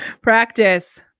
Practice